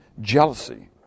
jealousy